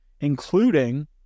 including